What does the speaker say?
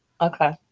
Okay